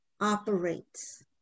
operates